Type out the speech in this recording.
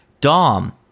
Dom